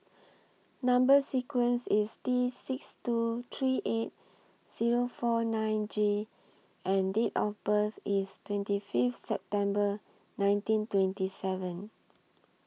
Number sequence IS T six two three eight Zero four nine G and Date of birth IS twenty Fifth September nineteen twenty seven